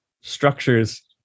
structures